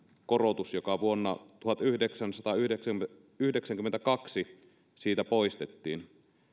korotus joka vuonna tuhatyhdeksänsataayhdeksänkymmentäkaksi siitä poistettiin